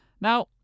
Now